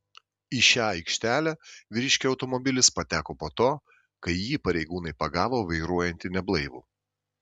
į šią aikštelę vyriškio automobilis pateko po to kai jį pareigūnai pagavo vairuojantį neblaivų